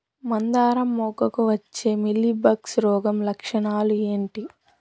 మందారం మొగ్గకు వచ్చే మీలీ బగ్స్ రోగం లక్షణాలు ఏంటి?